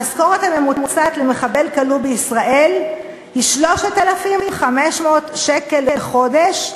המשכורת הממוצעת למחבל כלוא בישראל היא 3,500 שקל לחודש,